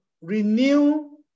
renew